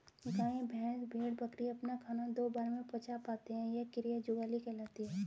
गाय, भैंस, भेड़, बकरी अपना खाना दो बार में पचा पाते हैं यह क्रिया जुगाली कहलाती है